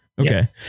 Okay